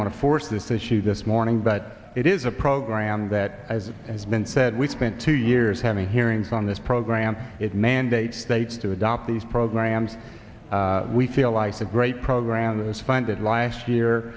to force this issue this morning but it is a program that as has been said we spent two years having hearings on this program it mandates states to adopt these programs we feel like a great program that was funded last year